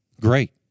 Great